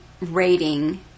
rating